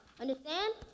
Understand